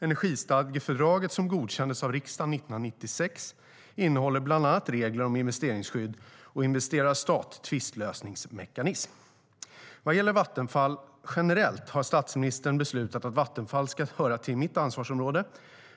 Energistadgefördraget, som godkändes av riksdagen 1996, innehåller bland annat regler om investeringsskydd och en investerar-stat-tvistlösningsmekanism. Vad gäller Vattenfall generellt har statsministern beslutat att Vattenfall ska höra till mitt ansvarsområde.